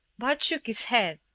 bart shook his head.